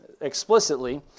explicitly